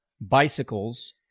bicycles